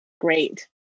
great